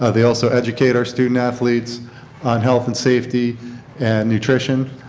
ah they also educate our student athletes on health and safety and nutrition